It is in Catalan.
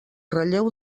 relleu